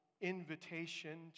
invitation